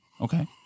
Okay